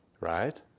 right